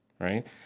right